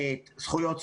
לזכויות סוציאליות,